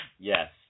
Yes